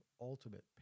ultimate